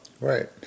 Right